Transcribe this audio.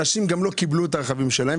אנשים גם לא קיבלו את הרכבים שלהם,